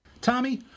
Tommy